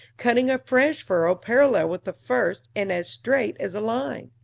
cutting a fresh furrow parallel with the first, and as straight as a line.